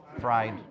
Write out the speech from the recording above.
fried